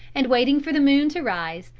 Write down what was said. and waiting for the moon to rise,